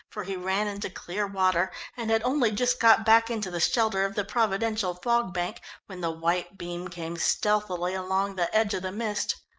for he ran into clear water, and had only just got back into the shelter of the providential fog bank when the white beam came stealthily along the edge of the mist.